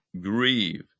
grieve